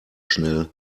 schnell